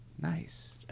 Nice